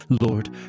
Lord